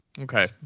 Okay